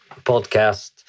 podcast